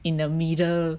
in the middle